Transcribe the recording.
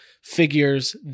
figures